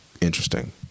interesting